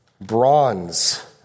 bronze